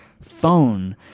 phone